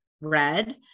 red